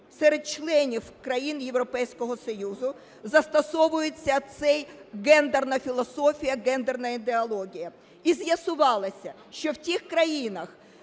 серед членів-країн Європейського Союзу застосовуються ця гендерна філософія, гендерна ідеологія. І з'ясувалося, що в тих країнах,